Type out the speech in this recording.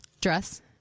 Dress